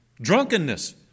Drunkenness